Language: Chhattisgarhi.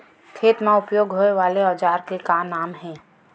खेत मा उपयोग होए वाले औजार के का नाम हे?